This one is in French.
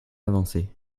avancée